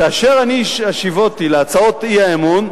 כאשר אני השיבותי על הצעות האי-אמון,